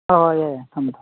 ꯍꯣꯏ ꯍꯣꯏ ꯌꯥꯏ ꯌꯥꯏ ꯊꯝꯃꯦ